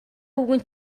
өвгөн